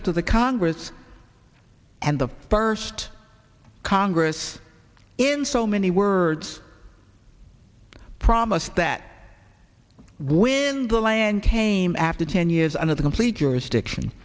to the congress and the first congress in so many words promise that when the land came after ten years under the complete years stiction